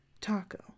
Taco